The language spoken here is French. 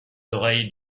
oreilles